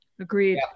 Agreed